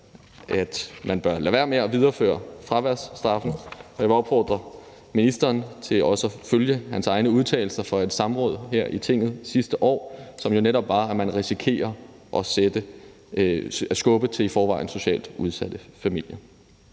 at man bør lade være med at videreføre fraværsstraffen, og jeg vil også opfordre ministeren til at følge sine egne udtalelser fra et samråd her i Tinget sidste år, som jo netop var, at man risikerer at skubbe til i forvejen socialt udsatte familier.